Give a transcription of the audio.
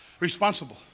responsible